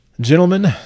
gentlemen